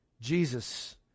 Jesus